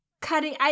cutting